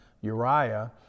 Uriah